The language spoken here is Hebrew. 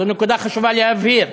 זו נקודה שחשוב להבהיר,